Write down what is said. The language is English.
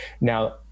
now